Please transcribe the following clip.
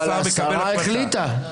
אבל השרה החליטה.